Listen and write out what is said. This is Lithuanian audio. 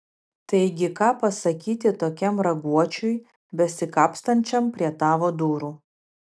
taigi ką pasakyti tokiam raguočiui besikapstančiam prie tavo durų